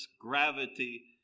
gravity